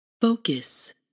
focus